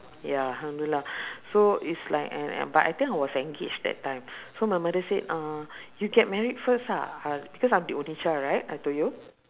ya alhamdulillah so it's like an a~ but I think I was engaged that time so my mother said uh you get married first ah uh because I'm the only child right I told you